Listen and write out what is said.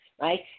right